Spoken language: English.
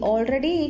Already